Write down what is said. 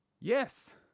Yes